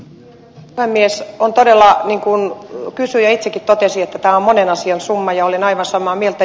tämä on todella niin kuin kysyjä itsekin totesi monen asian summa ja olen aivan samaa mieltä